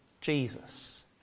Jesus